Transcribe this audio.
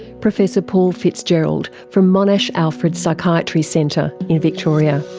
professor paul fitzgerald from monash alfred psychiatry centre in victoria.